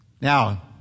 Now